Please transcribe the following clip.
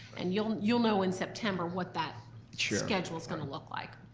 and you'll you'll know in september what that schedule's gonna look like.